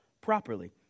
properly